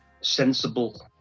sensible